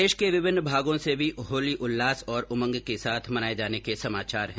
प्रदेश के विभिन्न भागों से भी होली उल्लास और उमंग के साथ मनाये जाने के समाचार हैं